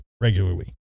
regularly